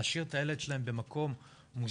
להשאיר את הילד שלהם במקום מוסדר,